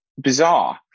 bizarre